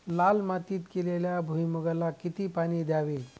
लाल मातीत केलेल्या भुईमूगाला किती पाणी द्यावे?